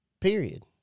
period